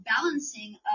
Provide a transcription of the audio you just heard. balancing